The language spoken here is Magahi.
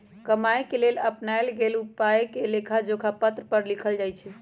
कमाए के लेल अपनाएल गेल उपायके लेखाजोखा पत्र पर लिखल जाइ छइ